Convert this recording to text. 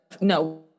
No